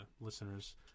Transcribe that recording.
listeners